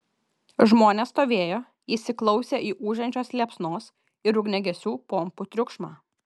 žmonės stovėjo įsiklausę į ūžiančios liepsnos ir ugniagesių pompų triukšmą